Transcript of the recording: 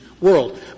world